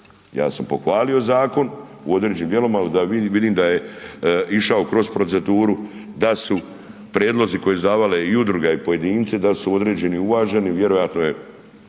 Ja sam pohvalio zakon u određenim dijelovima, ali vidim da je išao kroz proceduru, da su prijedlozi koje su davale i udruge i pojedinci da su određeni uvaženi, vjerojatno je,